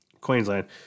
Queensland